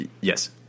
Yes